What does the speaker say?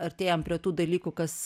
artėjam prie tų dalykų kas